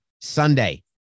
Sunday